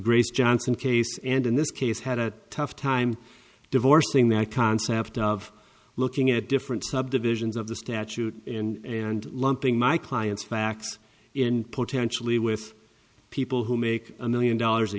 grace johnson case and in this case had a tough time divorcing that concept of looking at different subdivisions of the statute and lumping my client's facts in potentially with people who make a million dollars a